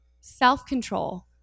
Self-control